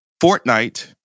Fortnite